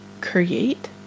create